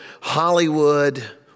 Hollywood